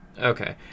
Okay